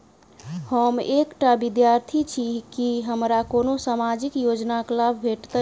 हम एकटा विद्यार्थी छी, की हमरा कोनो सामाजिक योजनाक लाभ भेटतय?